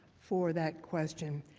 for that question,